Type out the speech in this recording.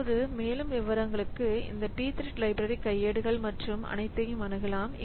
இப்போது மேலும் விவரங்களுக்கு இந்த pthread லைப்ரரி கையேடுகள் மற்றும் அனைத்தையும் அணுகலாம்